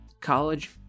college